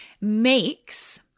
makes